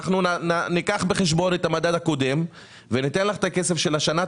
אנחנו ניקח בחשבון את המדד הקודם וניתן לך את הכסף של השנה.